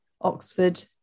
Oxford